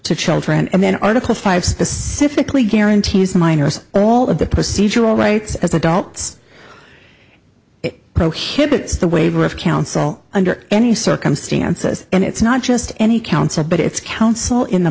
to children and then article five specifically guarantees the minors all of the procedural rights as adults it prohibits the waiver of counsel under any circumstances and it's not just any counsel but it's counsel in the